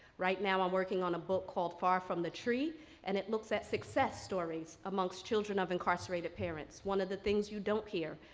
right now i'm working on a book called far from the tree and it looks at success stories amongst children of incarcerated parents, one of the things you don't hear.